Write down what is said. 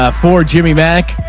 ah for jimmy mack,